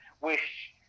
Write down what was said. wish